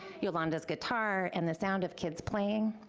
yolanda's guitar, and the sound of kids playing.